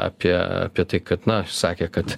apie apie tai kad na sakė kad